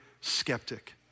skeptic